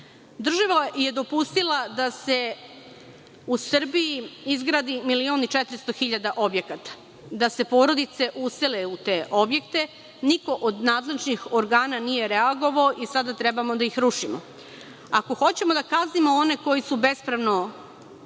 Država je dopustila da se u Srbiji izgradi 1.400.000 objekata, da se porodice usele u te objekte, a niko od nadležnih organa nije reagovao i sada trebamo da ih rušimo. Ako hoćemo da kaznimo one koji su bespravno